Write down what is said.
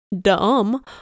dumb